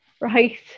Right